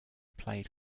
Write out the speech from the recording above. played